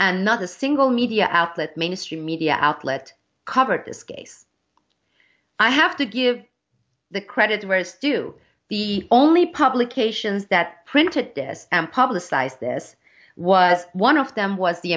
and not a single media outlet mainstream media outlet covered this case i have to give the credit where it's due the only publications that printed this and publicized this was one of them was the